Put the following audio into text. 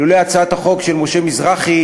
לולא הצעת החוק של משה מזרחי,